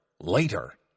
Later